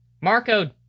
Marco